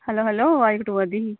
hello hello अवाज कटोआ दी ही